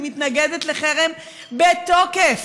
אני מתנגדת לחרם בתוקף.